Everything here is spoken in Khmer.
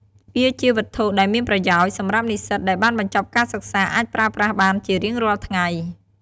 វាជាវត្ថុដែលមានប្រយោជន៍ សម្រាប់និស្សិតដែលបានបញ្ចប់ការសិក្សាអាចប្រើប្រាស់បានជារៀងរាល់ថ្ងៃ។